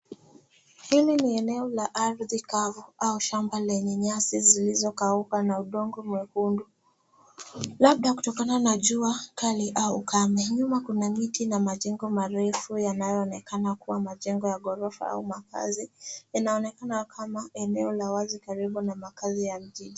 Hili ni eneo la ardhi kavu au shamba lenye nyasi zilizokauka na udongo mwekundu, labda kutokana na jua kali au ukame. Nyuma kuna miti na majengo marefu yanayoonekana kuwa majengo ya ghorofa au makazi. Inaonekana kama eneo la wazi karibu na makazi ya vijiji.